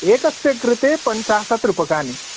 एकस्य कृते पञ्चाशत् रूप्यकानि